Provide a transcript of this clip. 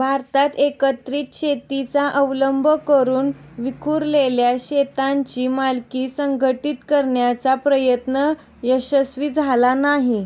भारतात एकत्रित शेतीचा अवलंब करून विखुरलेल्या शेतांची मालकी संघटित करण्याचा प्रयत्न यशस्वी झाला नाही